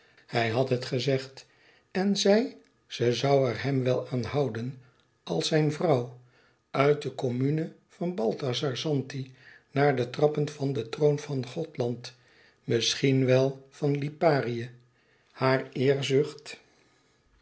hij had het gezegd en zij ze zoû er hem wel aan houden als zijn vrouw uit de commune van balthazar zanti naar de trappen van den troon van gothland misschien wel van liparië haar eerzucht